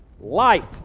life